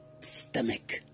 stomach